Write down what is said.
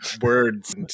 words